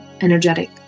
energetic